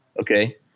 okay